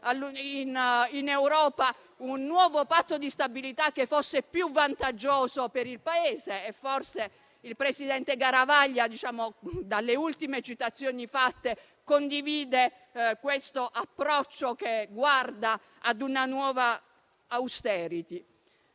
in Europa un nuovo Patto di stabilità più vantaggioso per il Paese? Forse il presidente Garavaglia, dalle ultime citazioni fatte, condivide questo approccio che guarda a una nuova *austerity*.